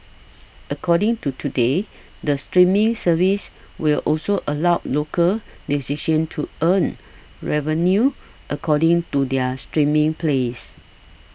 according to Today the streaming service will also allow local musicians to earn revenue according to their streaming plays